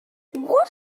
what